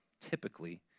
typically